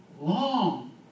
long